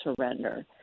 surrender